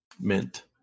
Mint